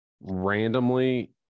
Randomly